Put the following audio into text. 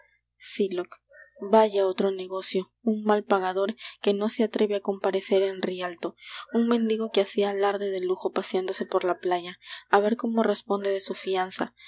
sylock vaya otro negocio un mal pagador que no se atreve á comparecer en rialto un mendigo que hacia alarde de lujo paseándose por la playa a ver cómo responde de su fianza